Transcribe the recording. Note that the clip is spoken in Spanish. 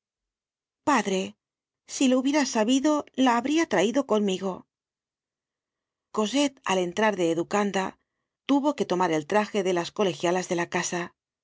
padre si lo hubiera sabido la habria traido conmigo cosette al entrar de educanda tuvo que tomar el traje de las colegialas de la casa